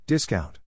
Discount